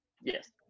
Yes